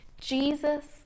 Jesus